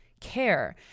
care